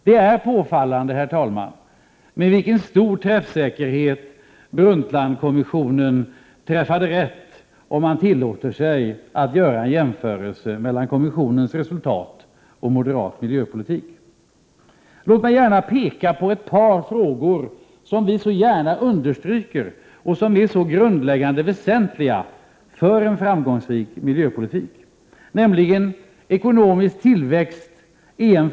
Det är påfallande, herr talman, med vilken stor träffsäkerhet Brundtlandkommissionen träffat rätt, om man tillåter sig att göra en jämförelse mellan kommissionens resultat och moderat miljöpolitik. Låt mig peka på några punkter som vi så gärna understryker: Ekonomisk tillväxt är en grundläggande förutsättning för en framgångsrik miljöpolitik.